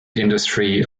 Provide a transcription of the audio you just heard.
industry